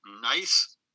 nice